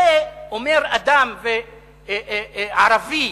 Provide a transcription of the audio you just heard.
את זה אומר אדם, ערבי,